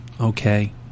okay